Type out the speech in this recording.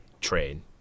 train